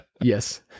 Yes